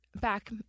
back